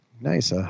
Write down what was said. Nice